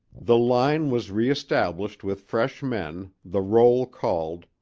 the line was reestablished with fresh men, the roll called,